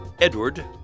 Edward